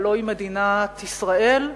הלוא היא מדינת ישראל.